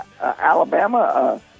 Alabama